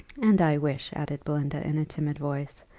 and i wish, added belinda, in a timid voice,